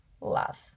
love